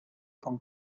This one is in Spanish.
con